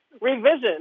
Revision